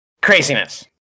craziness